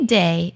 day